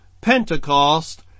Pentecost